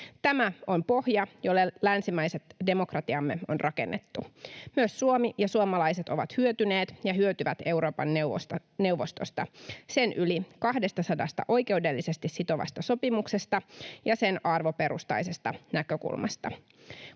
Tämä on pohja, jolle länsimaiset demokratiamme on rakennettu. Myös Suomi ja suomalaiset ovat hyötyneet ja hyötyvät Euroopan neuvostosta, sen yli 200:sta oikeudellisesti sitovasta sopimuksesta ja sen arvoperustaisesta näkökulmasta.